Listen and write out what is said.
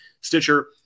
Stitcher